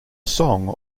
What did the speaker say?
song